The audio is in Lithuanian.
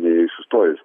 ji sustojus